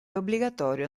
obbligatorio